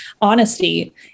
honesty